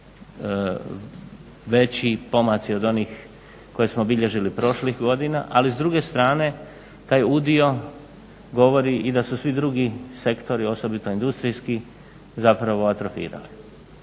veći pomaci od onih koje smo bilježili prošlih godina, ali s druge strane taj udio govorio i da su svi drugi sektori osobito industrijski zapravo atrofirali.